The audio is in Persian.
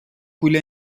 پول